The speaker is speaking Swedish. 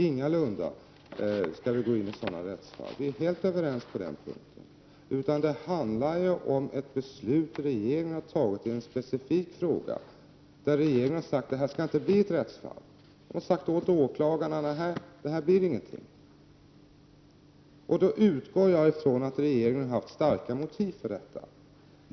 Ingalunda skall vi gå in i sådana rättsfall. Vi är helt överens på den punkten. Här handlar det ju om ett beslut som regeringen har fattat i en specifik fråga. Regeringen har förklarat att det inte skall bli något rättsfall och har sagt åt åklagarna att det inte blir någonting av detta. Jag utgår ifrån att regeringen har haft starka motiv för detta.